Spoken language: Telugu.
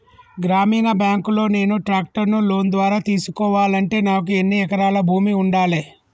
గ్రామీణ బ్యాంక్ లో నేను ట్రాక్టర్ను లోన్ ద్వారా తీసుకోవాలంటే నాకు ఎన్ని ఎకరాల భూమి ఉండాలే?